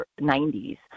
90s